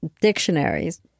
dictionaries